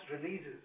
releases